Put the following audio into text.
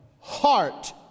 heart